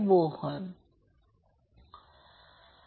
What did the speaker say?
XL मुळात LωR आहे